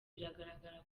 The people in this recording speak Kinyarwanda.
biragaragara